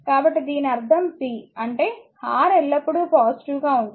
కాబట్టి దీని అర్థం p అంటే R ఎల్లప్పుడూ పాజిటివ్ గా ఉంటుంది మరియు ఇది v2